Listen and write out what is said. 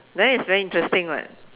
that is very interesting one